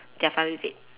they are fine with it